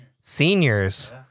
Seniors